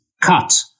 cut